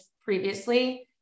previously